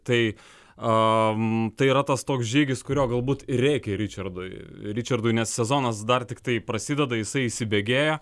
tai tai yra tas toks žygis kurio galbūt ir reikia ričardui ričardui nes sezonas dar tiktai prasideda jisai įsibėgėja